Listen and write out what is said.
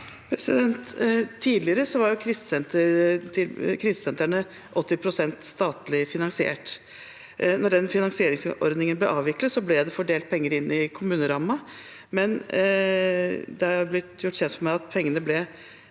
Tidligere var krisesentre- ne 80 pst. statlig finansiert. Da den finansieringsordningen ble avviklet, ble det fordelt penger inn i kommunerammen. Men det er blitt gjort kjent for meg at pengene ble